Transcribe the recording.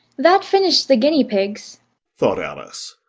that finished the guinea-pigs thought alice.